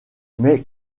mais